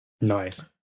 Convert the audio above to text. Nice